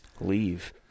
leave